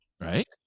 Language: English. right